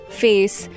face।